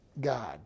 God